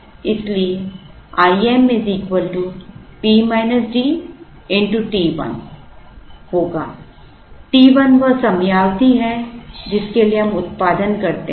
इसलिए Im t 1 होगा t 1 वह समयावधि है जिसके लिए हम उत्पादन करते हैं